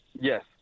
yes